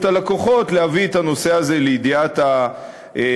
הלקוחות להביא את הנושא הזה לידיעת הלקוחות.